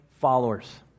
followers